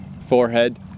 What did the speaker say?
forehead